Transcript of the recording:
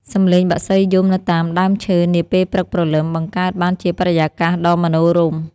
សំឡេងបក្សីយំនៅតាមដើមឈើនាពេលព្រឹកព្រលឹម បង្កើតបានជាបរិយាកាសដ៏មនោរម្យ។